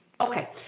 Okay